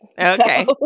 Okay